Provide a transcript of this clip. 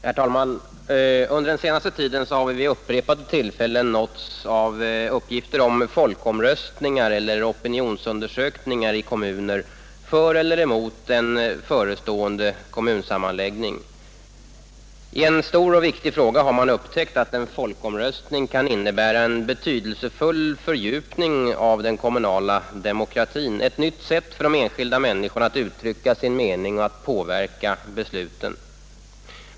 Herr talman! Under den senaste tiden har vi vid upprepade tillfällen nåtts av uppgifter om folkomröstningar eller opinionsundersökningar, som i kommuner anordnats för eller emot en förestående kommunsammanläggning. Man har upptäckt att en folkomröstning i en stor och viktig fråga kan innebära en betydelsefull fördjupning av den kommunala demokratin, ett nytt sätt för de enskilda människorna att uttrycka sin mening och att påverka besluten.